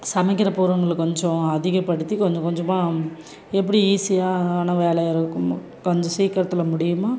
சமைக்க போகிறவங்கள கொஞ்சம் அதிகப்படுத்தி கொஞ்சம் கொஞ்சமாக எப்படி ஈஸியான வேலையாக இருக்குமோ கொஞ்சம் சீக்கிரத்தில் முடியுமோ